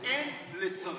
אין לצרף.